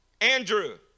Andrew